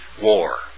war